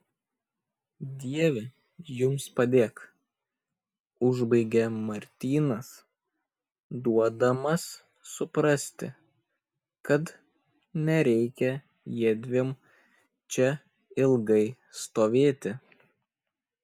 dieve jums padėk užbaigia martynas duodamas suprasti kad nereikia jiedviem čia ilgai stovėti